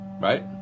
right